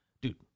dude